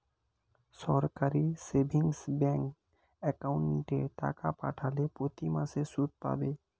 সরাসরি savings bank অ্যাকাউন্টে টাকা খাটালে প্রতিমাসে সুদ পাবে